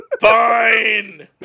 Fine